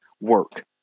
work